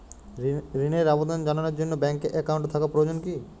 ঋণের আবেদন জানানোর জন্য ব্যাঙ্কে অ্যাকাউন্ট থাকা প্রয়োজন কী?